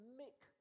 make